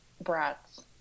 brats